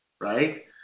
right